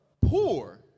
poor